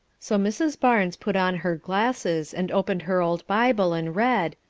so mrs. barnes put on her glasses and opened her old bible and read,